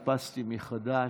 איפסתי מחדש.